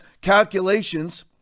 calculations